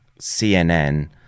cnn